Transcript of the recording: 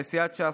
לסיעת ש"ס,